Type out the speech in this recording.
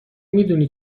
میدونی